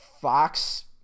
Fox